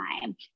time